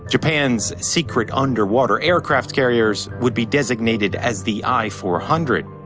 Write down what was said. japan's secret underwater aircraft carriers would be designated as the i four hundred.